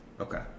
Okay